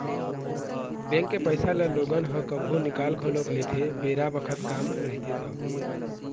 bank के पइसा ल लोगन ह कभु निकाल घलोक लेथे बेरा बखत काम रहिथे ता